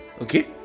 okay